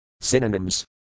Synonyms